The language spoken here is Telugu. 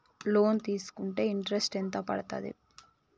లోన్ తీస్కుంటే ఇంట్రెస్ట్ ఎంత పడ్తది?